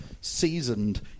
seasoned